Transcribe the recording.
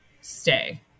stay